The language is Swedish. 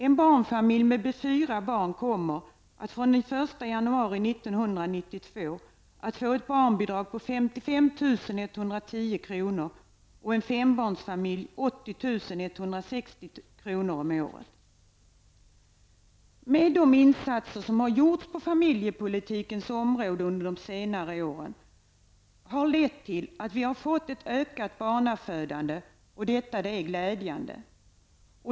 En barnfamilj med fyra barn kommer att från den 1 januari 1992 få ett barnbidrag på 55 110 kr. om året och en fembarnsfamilj 80 160 kr. De insatser som har gjorts på familjepolitikens område under de senare åren har lett till att vi har fått ett ökat barnafödande, och detta är glädjande.